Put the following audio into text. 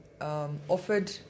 offered